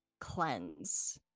cleanse